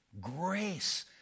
Grace